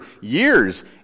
years